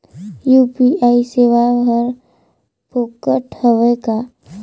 UPI सेवाएं हर फोकट हवय का?